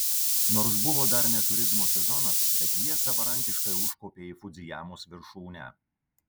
nors buvo dar ne turizmo sezonas bet jie savarankiškai užkopė į fudzijamos viršūnę